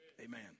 Amen